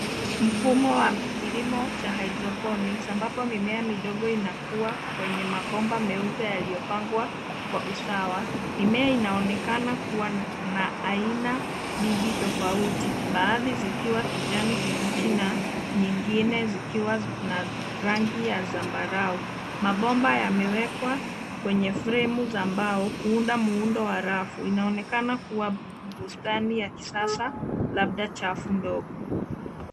Mfumo wa kilimo cha hydroponics ambapo mimea midogo inakua kwenye mabomba meupe yaliyopangwa kwa usawa. Mimea inaonekana kuwa na aina mbili tofauti baadhi zikiwa kijani kibichi na nyingine zikiwa na rangi ya zambarau. Mabomba yamewekwa kwenye fremu za mbao kuunda muundo wa rafu inaonekana kuwa bustani ya kisasa labda chafu ndogo.